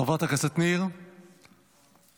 חברת הכנסת ניר, תורך.